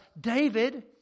David